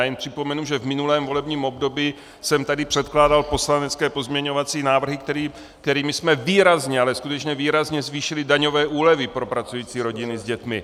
Jen připomenu, že v minulém volebním období jsem tady předkládal poslanecké pozměňovací návrhy, kterými jsme výrazně, ale skutečně výrazně zvýšili daňové úlevy pro pracující rodiny s dětmi.